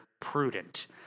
prudent